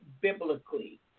biblically